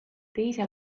teise